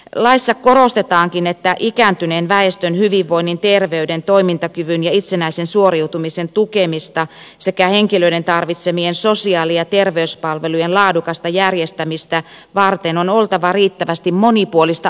laissa korostetaankin että ikääntyneen väestön hyvinvoinnin terveyden toimintakyvyn ja itsenäisen suoriutumisen tukemista sekä henkilöiden tarvitsemien sosiaali ja terveyspalvelujen laadukasta järjestämistä varten on oltava riittävästi monipuolista asiantuntemusta